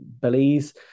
Belize